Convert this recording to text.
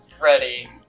ready